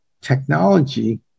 technology